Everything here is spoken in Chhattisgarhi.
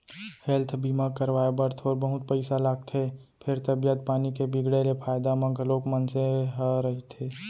हेल्थ बीमा करवाए बर थोर बहुत पइसा लागथे फेर तबीयत पानी के बिगड़े ले फायदा म घलौ मनसे ह रहिथे